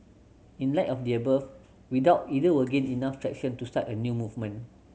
in light of the above we doubt either will gain enough traction to start a new movement